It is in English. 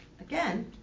again